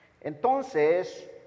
Entonces